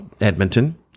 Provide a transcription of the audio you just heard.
Edmonton